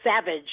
Savage